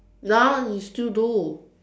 now you still do